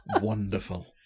Wonderful